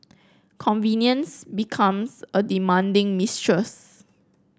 convenience becomes a demanding mistress